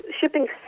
shipping